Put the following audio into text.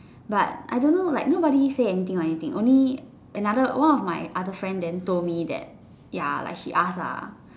but I don't know like nobody say anything or anything only another one of my other friend told me then that ya like he asked lah